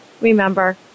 remember